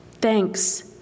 thanks